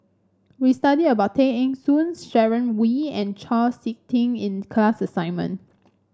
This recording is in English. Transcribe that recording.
we study about Tay Eng Soon Sharon Wee and Chau SiK Ting in class assignment